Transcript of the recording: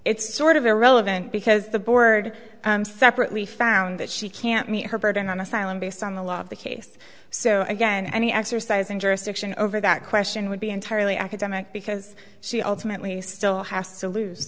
it's sort of irrelevant because the board separately found that she can't meet her burden on asylum based on the law of the case so again any exercising jurisdiction over that question would be entirely academic because she ultimately still has to lose